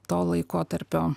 to laikotarpio